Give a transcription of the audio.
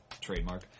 trademark